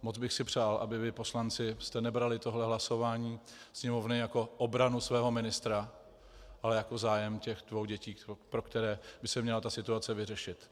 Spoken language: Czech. Moc bych si přál, abyste vy, poslanci, nebrali toto hlasování Sněmovny jako obranu svého ministra, ale jako zájem těch dvou dětí, pro které by se měla ta situace vyřešit.